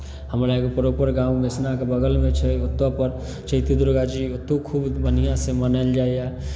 हमरा एगो प्रोपर गाँव मसिनाके बगलमे छै ओतयके चैती दुर्गा जी ओतय खूब बढ़िआँसँ मनायल जाइए